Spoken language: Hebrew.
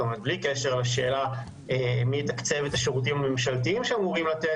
בלי קשר לשאלה מי יתקצב את השירותים הממשלתיים שאמורים לתת,